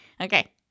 okay